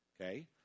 okay